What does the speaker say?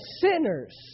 sinners